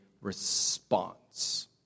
response